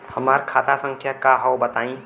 हमार खाता संख्या का हव बताई?